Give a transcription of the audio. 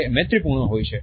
તે મૈત્રીપૂર્ણ હોય છે